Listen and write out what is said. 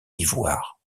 ivoire